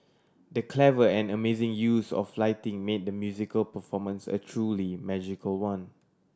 the clever and amazing use of lighting made the musical performance a truly magical one